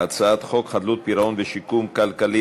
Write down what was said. הצעת חוק חדלות פירעון ושיקום כלכלי,